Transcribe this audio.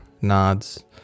nods